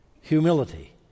humility